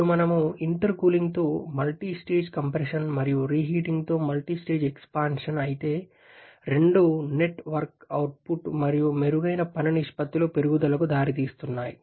ఇప్పుడు మనం ఇంటర్కూలింగ్తో మల్టీస్టేజ్ కంప్రెషన్ మరియు రీహీటింగ్తో మల్టీస్టేజ్ ఎక్స్పాన్షన్ అయితే రెండూ నెట్ వర్క్ అవుట్పుట్ మరియు మెరుగైన పని నిష్పత్తిలో పెరుగుదలకు దారితీస్తున్నాయి